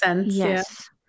Yes